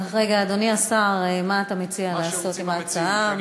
רגע, אדוני השר, מה אתה מציע לעשות עם ההצעה?